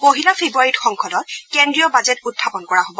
পহিলা ফেব্ৰুৱাৰীত সংসদত কেন্দ্ৰীয় বাজেট উখাপন কৰা হ'ব